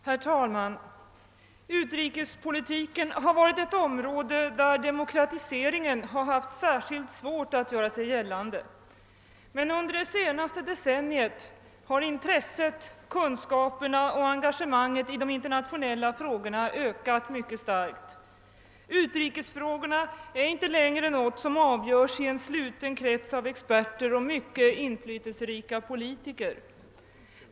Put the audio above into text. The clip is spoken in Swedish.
Herr talman! Utrikespolitiken har varit ett område där demokratiseringen haft särskilt svårt att göra sig gällande. Men under det senaste decenniet har intresset, kunskaperna och engagemanget när det gäller de internationella frågorna ökat mycket starkt. Utrikesfrågorna avgörs inte längre i en sluten krets av experter och mycket inflytelserika politiker.